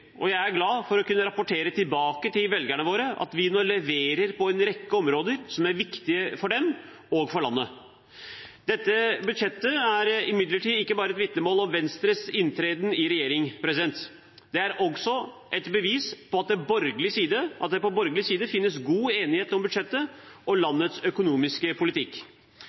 glad for å kunne rapportere tilbake til velgerne våre at vi nå leverer på en rekke områder som er viktige for dem og for landet. Dette budsjettet er imidlertid ikke bare et vitnemål om Venstres inntreden i regjering, det er også et bevis på at det på borgerlig side finnes god enighet om budsjettet og landets økonomiske politikk.